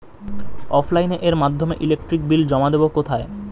অফলাইনে এর মাধ্যমে ইলেকট্রিক বিল জমা দেবো কোথায়?